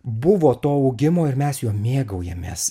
buvo to augimo ir mes juo mėgaujamės